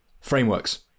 Frameworks